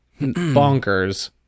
bonkers